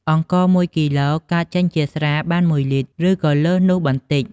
អង្ករមួយគីឡូកើតចេញជាស្រាបានមួយលីត្រ ឬក៏លើសនោះបន្តិច។